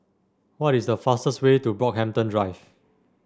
what is the fastest way to Brockhampton Drive